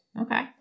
Okay